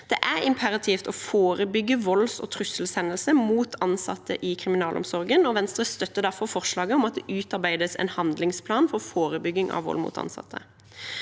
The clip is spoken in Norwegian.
Det er imperativt å forebygge volds- og trusselhendelser mot ansatte i kriminalomsorgen, og Venstre støtter derfor forslaget om at det utarbeides en handlingsplan for forebygging av vold mot ansatte.